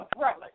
right